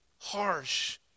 harsh